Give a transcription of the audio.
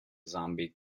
zombie